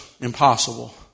impossible